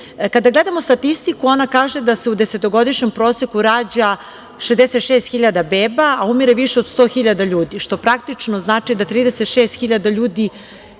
gledamo statistiku, ona kaže da se u desetogodišnjem proseku rađa 66 hiljada beba, a umire više od 100 hiljada ljudi, što praktično znači da 36 hiljada